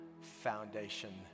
foundation